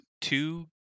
two